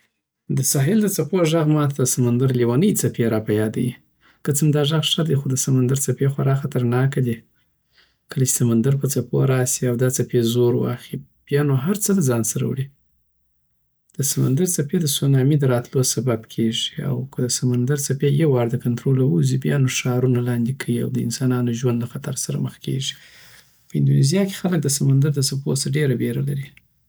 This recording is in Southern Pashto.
د ساحل د څپو ږغ ما ته د سمندر لیونی څپی را په یادوی که څه هم دا ږغ ښه دی خو دسمندر څپی خورا خطرناکه دی کله چی سمندر په څپوسی او دا څپی زور واخی نو بیا هرڅه دځان سره وړی دسمندر څپی دسونامی دراتلو سبب کیږی او که د سمدر څپی یووار د کنتروله ووزی بیا نو ښارونه لاندی کوی او انسانانو ژوند له خطر سره مخامخ کیږی په اندونیزیاکی خلک د سمندر دڅپو سه ډیره بیره لری